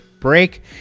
break